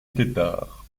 tétart